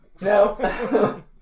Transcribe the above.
No